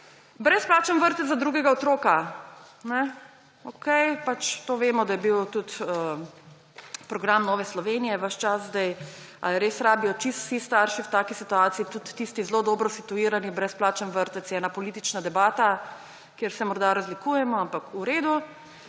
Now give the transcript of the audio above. Brezplačen vrtec za drugega otroka. Okej, pač vemo, da je bil to tudi program Nove Slovenije ves čas sedaj. Ali res rabijo čisto vsi starši v taki situaciji, tudi tisti zelo dobro situirani, brezplačen vrtec, je ena politična debata, kjer se morda razlikujemo, ampak v redu.